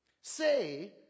say